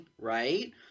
right